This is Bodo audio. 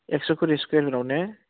एकस'करि स्कुवेरफिटआव ने